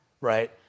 right